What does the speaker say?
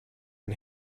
and